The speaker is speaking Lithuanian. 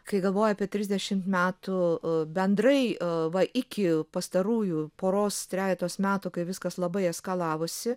kai galvoju apie trisdešimt metų bendrai e va iki pastarųjų poros trejetos metų kai viskas labai eskalavosi